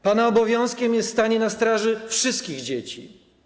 Pana obowiązkiem jest stanie na straży wszystkich dzieci.